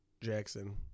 jackson